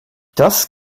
das